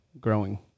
growing